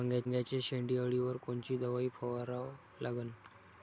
वांग्याच्या शेंडी अळीवर कोनची दवाई फवारा लागन?